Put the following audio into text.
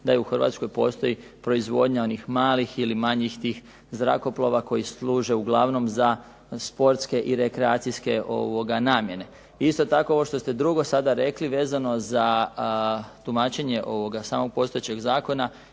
da u Hrvatskoj postoji proizvodnja onih malih ili manjih tih zrakoplova koji služe uglavnom za sportske i rekreacijske namjene. Isto tako ovo što ste drugo sada rekli vezano za tumačenje ovoga samo postojećeg zakona